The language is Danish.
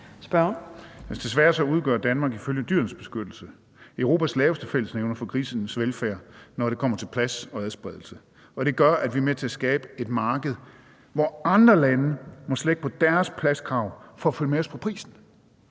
Desværre har Danmark ifølge Dyrenes Beskyttelse Europas laveste fællesnævner for grisenes velfærd, når det kommer til plads og adspredelse, og det gør, at vi er med til at skabe et marked, hvor andre lande må slække på deres pladskrav for at følge med os på prisen.